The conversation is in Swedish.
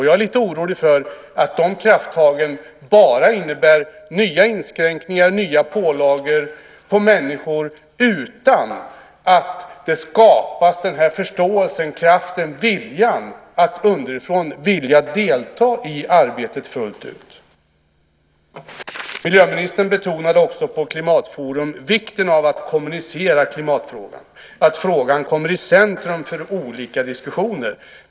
Jag är lite orolig för att dessa krafttag bara innebär nya inskränkningar och nya pålagor på människor utan att det skapas förståelse för och kraft att underifrån vilja delta i arbetet fullt ut. Miljöministern betonade också på klimatforumet vikten av att kommunicera klimatfrågan och att frågan kommer i centrum för olika diskussioner.